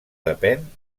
depèn